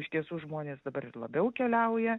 iš tiesų žmonės dabar ir labiau keliauja